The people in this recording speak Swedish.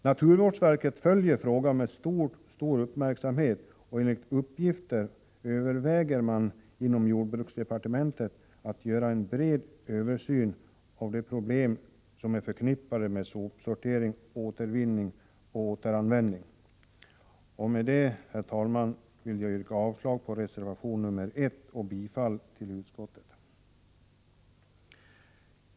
Naturvårdsverket följer frågan med stor uppmärksamhet, och enligt uppgift överväger man inom jordbruksdepartementet att göra en bred översyn av de problem som är förknippade med sopsortering, återvinning och återanvändning. Jag yrkar med detta, herr talman, avslag på reservation 1 och bifall till utskottets hemställan.